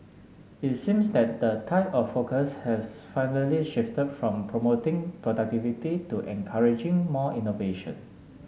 it seems that the tide of focus has finally shifted from promoting productivity to encouraging more innovation